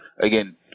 again